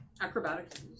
acrobatics